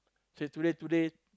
say today today